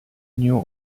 new